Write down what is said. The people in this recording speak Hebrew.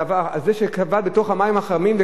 זה שכבה בתוך המים החמים,